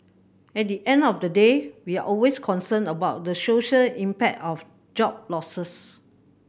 at the end of the day we're always concerned about the social impact of job losses